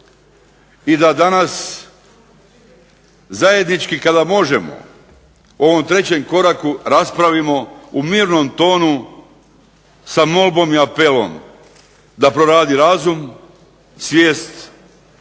i da danas zajednički kada možemo u ovom trećem koraku raspravimo u mirnom tonu sa molbom i apelom da proradi razum, svijest